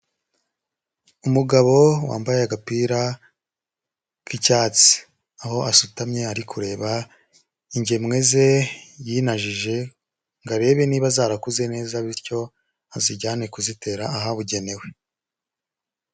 Umugabo wambaye agapira k'icyatsi, aho asutamye ari kureba ingemwe ze yinajije ngo arebe niba zarakuze neza bityo azijyane kuzitera ahabugenewe.